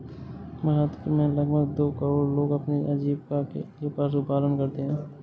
भारत में लगभग दो करोड़ लोग अपनी आजीविका के लिए पशुपालन करते है